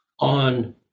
on